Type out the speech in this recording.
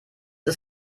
ist